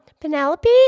Penelope